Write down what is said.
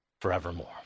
forevermore